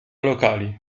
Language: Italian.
locali